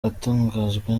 atangazwa